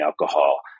alcohol